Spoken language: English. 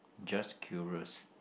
just curious